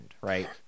right